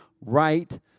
right